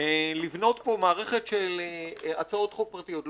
להקים - ואני לא מחכה לכם